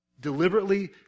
deliberately